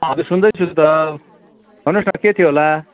हजुर सुन्दैछु त भन्नुहोस् न के थियो होला